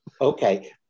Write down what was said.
Okay